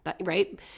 right